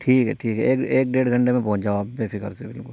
ٹھیک ہے ٹھیک ہے ایک ڈیڑھ گھنٹے میں پہنچ جاؤ آپ بے فکر سے بالکل